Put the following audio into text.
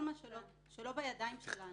כל מה שלא תלוי בידיים של רשויות החקירה לא יקוזז,